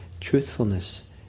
truthfulness